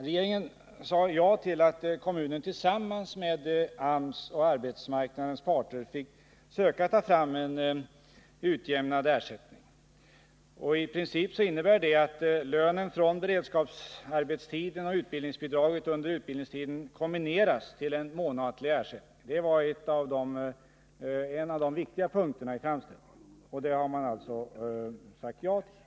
Regeringen sade ja till att Örebro kommun tillsammans med AMS och arbetsmarknadens parter skulle söka ta fram en utjämnad ersättning. I princip innebär den att lönen från beredskapsarbetstiden och utbildningsbidraget under utbildningstiden kombineras till en månatlig ersättning. Det var en av de viktiga punkterna i framställningen, och den sade alltså regeringen ja till.